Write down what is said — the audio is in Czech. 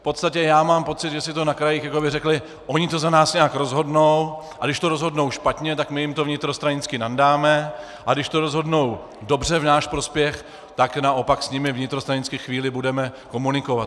V podstatě mám pocit, že si na krajích jakoby řekli: Oni to za nás nějak rozhodnou, a když to rozhodnou špatně, tak my jim to vnitrostranicky nandáme, a když to rozhodnou dobře v náš prospěch, tak s nimi naopak budeme vnitrostranicky chvíli komunikovat.